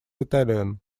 italian